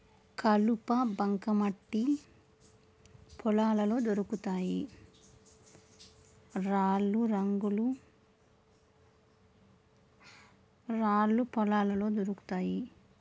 కలుప బంకమట్టి పొలాలలో దొరుకుతాయి రాళ్ళు రంగులు రాళ్ళు పొలాలలో దొరుకుతాయి